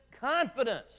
confidence